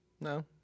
No